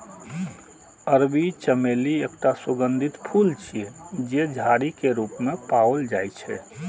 अरबी चमेली एकटा सुगंधित फूल छियै, जे झाड़ी के रूप मे पाओल जाइ छै